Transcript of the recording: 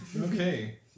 Okay